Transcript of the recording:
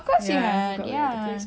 of course we had ya